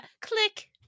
Click